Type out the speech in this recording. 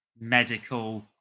medical